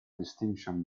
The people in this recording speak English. distinction